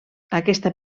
aquesta